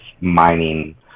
mining